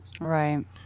Right